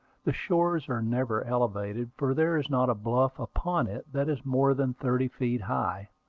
the shores are never elevated, for there is not a bluff upon it that is more than thirty feet high,